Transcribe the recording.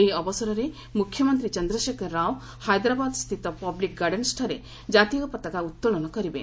ଏହି ଅବସରରେ ମୁଖ୍ୟମନ୍ତ୍ରୀ ଚନ୍ଦ୍ରଶେଖର ରାଓ ହାଇଦ୍ରାବାଦସ୍ଥିତ ପବ୍ଲିକ୍ ଗାର୍ଡ଼େନ୍ସ୍ଠାରେ ଜାତୀୟ ପତାକା ଉତ୍ତୋଳନ କରିବେ